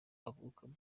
avukamo